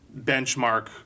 benchmark